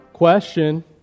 question